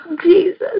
Jesus